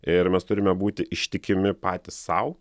ir mes turime būti ištikimi patys sau